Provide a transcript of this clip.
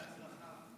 בהצלחה.